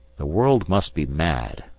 the world must be mad!